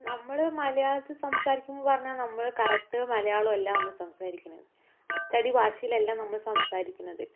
നമ്മള് മലയാളത്തിൽ സംസാരിക്കുമെന്ന് പറഞ്ഞാൽ നമ്മള് കറക്റ്റ് മലയാളമല്ല നമ്മള് സംസാരിക്കണത് അച്ചടി ഭാഷയിലല്ല നമ്മള് സംസാരിക്കുന്നത്